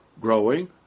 Growing